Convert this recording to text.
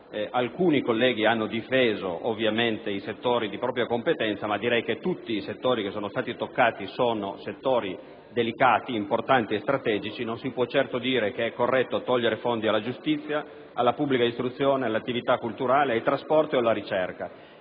Alcuni colleghi hanno difeso ovviamente i settori di propria competenza, ma devo dire che tutti i settori toccati sono delicati, importanti e strategici. Non si può certo affermare che è corretto togliere fondi alla giustizia, alla pubblica amministrazione, alle attività culturali, ai trasporti o alla ricerca.